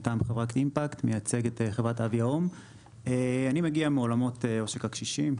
מטעם חברת "אימפקט" מייצג את חברת AVIA אני מגיע מעולמות עושק הקשישים.